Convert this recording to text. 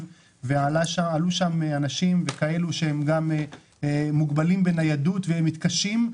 היו שם אנשים מוגבלים בניידות ומתקשים.